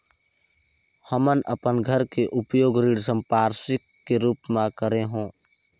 हमन अपन घर के उपयोग ऋण संपार्श्विक के रूप म करे हों